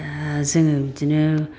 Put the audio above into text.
दा जोङो बिदिनो